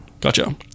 gotcha